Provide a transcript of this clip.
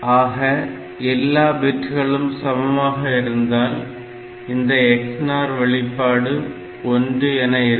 ஆக எல்லா பிட்களும் சமமாக இருந்தால் இந்த XNOR வெளிப்பாடு 1 என இருக்கும்